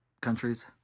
Countries